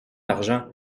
argent